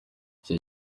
icyo